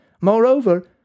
Moreover